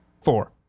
Four